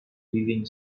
weaving